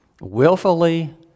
willfully